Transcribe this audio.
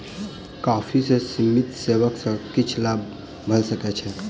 coffee के सीमित सेवन सॅ किछ लाभ भ सकै छै